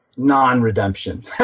non-redemption